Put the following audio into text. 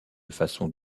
façon